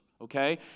okay